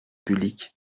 public